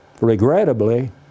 regrettably